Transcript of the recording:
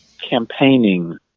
campaigning